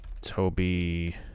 Toby